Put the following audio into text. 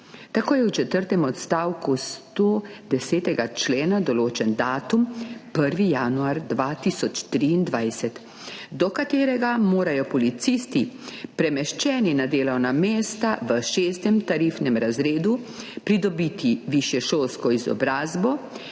Tako je v četrtem odstavku 110. člena določen datum 1. januar 2023, do katerega morajo policisti, premeščeni na delovna mesta v VI. tarifnem razredu, pridobiti višješolsko izobrazbo